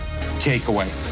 takeaway